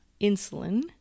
insulin